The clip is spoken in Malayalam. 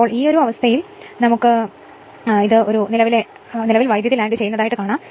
അതിനാൽ ഈ സാഹചര്യത്തിൽ ഇതിനെ വിളിക്കുന്നത് നിലവിലെ കാലതാമസമാണ്